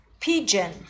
Pigeon